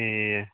ए